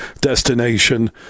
destination